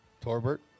Torbert